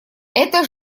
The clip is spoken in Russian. это